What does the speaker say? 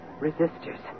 resistors